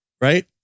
right